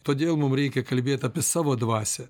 todėl mum reikia kalbėt apie savo dvasią